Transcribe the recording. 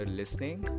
listening